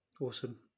awesome